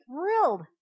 thrilled